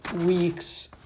week's